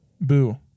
Boo